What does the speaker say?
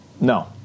no